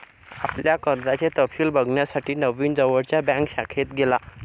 आपल्या कर्जाचे तपशिल बघण्यासाठी नवीन जवळच्या बँक शाखेत गेला